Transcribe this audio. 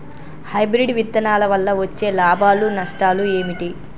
Hybrid విత్తనాల వల్ల వచ్చే లాభాలు నష్టాలు ఏమిటి?